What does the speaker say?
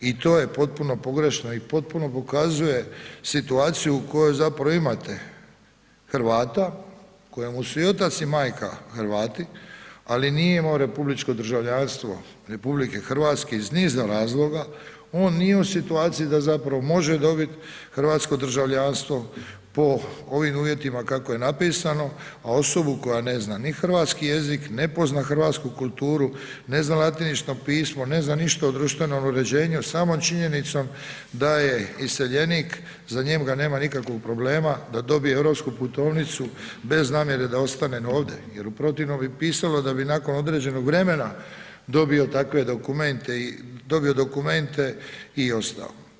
I to je potpuno pogrešno i potpuno pokazuje situaciju u kojoj zapravo imate Hrvata kojemu su i otac i majka Hrvati ali nije imao republičko državljanstvo RH iz niza razloga, on nije u situaciji da zapravo može dobit hrvatsko državljanstvo po ovim uvjetima kako je napisano a osobu koja ne zna ni hrvatski jezik, ne pozna hrvatsku kulturu, ne zna latinično pismo, ne zna ništa o društvenom uređenju, samom činjenicom da je iseljenik, za njega nema nikakvog problema da dobije europsku putovnicu bez namjere da ostane jer u protivnom bi pisalo da bi nakon određenog vremena dobio takve dokumente i dobio dokumente i ostao.